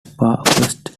first